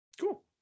Cool